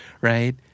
right